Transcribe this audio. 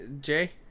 Jay